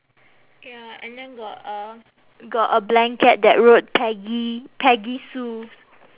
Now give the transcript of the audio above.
ya and then got a got a blanket that wrote peggy peggy sue